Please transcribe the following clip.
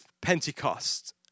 Pentecost